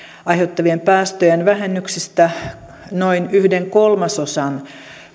aiheuttavien päästöjen vähennyksistä noin yhden kolmasosan